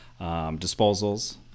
disposals